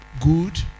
good